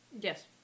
yes